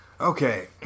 Okay